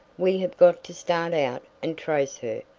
we have got to start out and trace her,